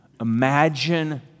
Imagine